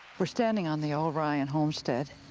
we're standing on the old ryan homestead,